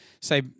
say